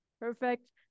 perfect